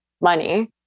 money